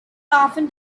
often